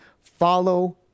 follow